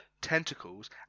tentacles